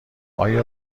آیا